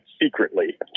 secretly